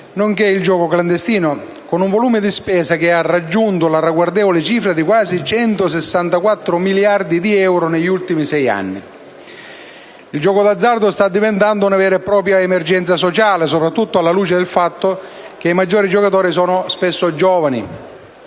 nonché il gioco clandestino, con un volume di spesa che ha raggiunto la ragguardevole cifra di quasi 164 miliardi di euro negli ultimi 6 anni; il gioco d'azzardo sta diventando una vera e propria emergenza sociale, soprattutto alla luce del fatto che i maggiori giocatori sono i giovani,